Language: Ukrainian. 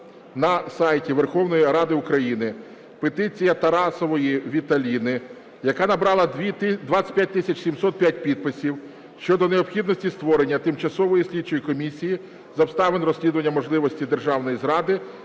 та розвідки розглянув електронну петицію Тарасової Віталіни, яка набрала 25 тисяч 705 підписів, щодо необхідності створення Тимчасової слідчої комісії з обставин розслідування можливої державної зради